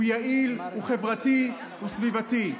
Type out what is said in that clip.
הוא יעיל, הוא חברתי, הוא סביבתי.